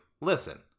listen